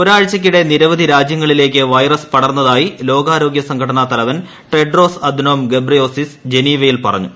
ഒരാഴ്ചയ്ക്കിടെ നിരവധി രാജ്യങ്ങളിലേക്ക് വൈറസ് പടർന്നതായി ലോകാരോഗ്യ സംഘടനാ തലവൻ ടെഡ്രോസ് അദ്നോം ഗബ്രിയേസിസ് ജനീവയിൽ പറഞ്ഞു